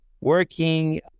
working